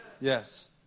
Yes